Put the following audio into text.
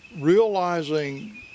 realizing